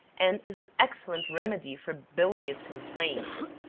and is an excellent remedy for bilious complaints,